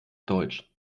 deutsch